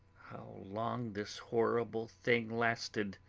long this horrible thing lasted